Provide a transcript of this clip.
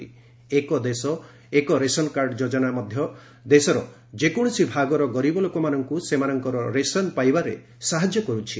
'ଏକ ଦେଶ ଏକ ରେସନ୍କାର୍ଡ' ଯୋଜନା ମଧ୍ୟ ଦେଶର ଯେକୌଣସି ଭାଗର ଗରିବ ଲୋକମାନଙ୍କ ସେମାନଙ୍କର ରେସନ୍ ପାଇବାରେ ସାହାଯ୍ୟ କରୁଛି